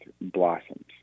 blossoms